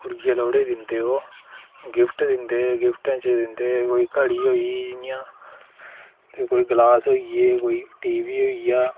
कुडिये जागते ई दिंदे ओह् गिफ्ट दिंदे गिफ्टें च दिंदे कोई घड़ी होई जि'यां कोई गलास होई गे कोई टी वी होई गेआ